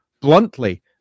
bluntly